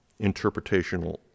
interpretational